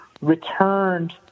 returned